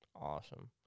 Awesome